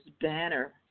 banner